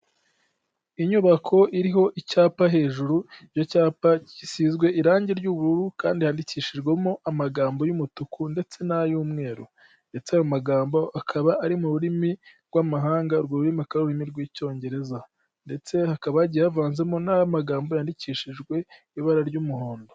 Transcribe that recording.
Inyubako iriho icyapa hejuru, icyo cyapa gisizwe irangi ry'ubururu kandi handikishijwemo amagambo y'umutuku ndetse n'ay'umweru ndetse ayo magambo akaba ari mu rurimi rw'amahanga, urwo rurimi akaba ari ururimi rw'Icyongereza ndetse hakaba hagiye havanzemo n'amagambo yandikishijwe ibara ry'umuhondo.